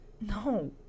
No